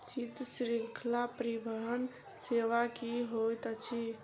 शीत श्रृंखला परिवहन सेवा की होइत अछि?